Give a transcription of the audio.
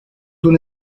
una